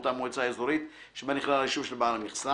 אותה מועצה אזורית שבה נכלל היישוב של בעל המכסה,